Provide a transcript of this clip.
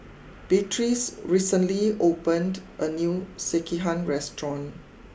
Beatriz recently opened a new Sekihan restaurant